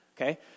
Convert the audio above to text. okay